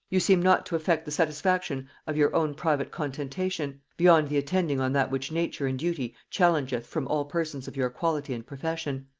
you seem not to affect the satisfaction of your own private contentation, beyond the attending on that which nature and duty challengeth from all persons of your quality and profession.